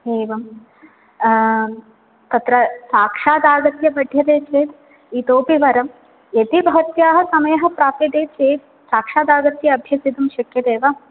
एवं तत्र साक्षादागत्य पठ्यते चेत् इतोऽपि वरं यदि भवत्याः समयः प्राप्यते चेत् साक्षादागत्य अभ्यस्यतुं शक्यते वा